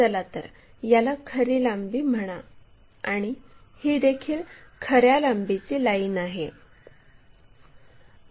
चला तर याला खरी लांबी म्हणा आणि ही देखील खऱ्या लांबीची लाईन आहे